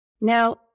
Now